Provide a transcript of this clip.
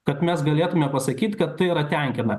kad mes galėtume pasakyt kad tai yra tenkina